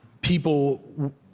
people